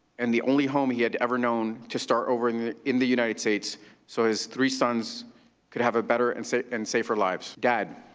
and the only home he had ever known to start over in the in the united states so his three sons could have a better and so safer lives. dad,